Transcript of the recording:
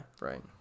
right